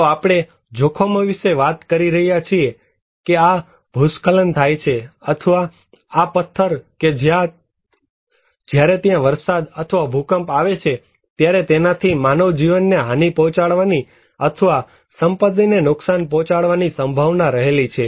તો આપણે જોખમો વિશે વાત કરી રહ્યા છીએ કે આ ભૂસ્ખલન થાય છે અથવા આ પથ્થર કે જ્યારે ત્યાં ભારે વરસાદ અથવા ભૂકંપ આવે છે ત્યારે તેનાથી માનવ જીવનને હાનિ પહોંચાડવાની અથવા સંપત્તિને નુકસાન પહોંચાડવાની સંભાવના રહેલી છે